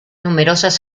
numerosas